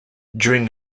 during